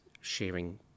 sharing